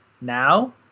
now